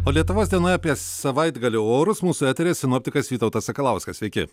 o lietuvos dienoje apie savaitgalio orus mūsų eteryje sinoptikas vytautas sakalauskas sveiki